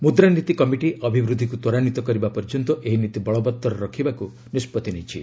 ମୁଦ୍ରାନୀତି କମିଟି ଅଭିବୃଦ୍ଧିକୁ ତ୍ୱରାନ୍ୱିତ କରିବା ପର୍ଯ୍ୟନ୍ତ ଏହି ନୀତି ବଳବତ୍ତର ରଖିବାକୁ ନିଷ୍କଭି ନେଇଛି